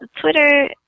Twitter